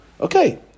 Okay